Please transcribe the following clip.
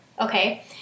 okay